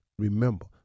Remember